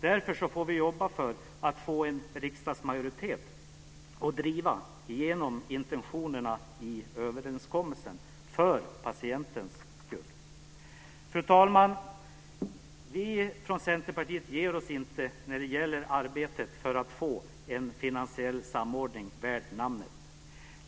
Vi får därför jobba för att få en riksdagsmajoritet som kan driva igenom intentionerna i överenskommelsen, för patientens skull. Fru talman! Vi från Centerpartiet ger oss inte i arbetet för att få en finansiell samordning värd namnet.